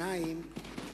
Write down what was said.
שנית,